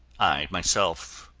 i, myself,